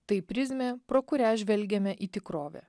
tai prizmė pro kurią žvelgiame į tikrovę